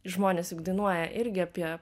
žmonės juk dainuoja irgi apie